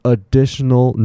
Additional